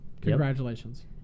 Congratulations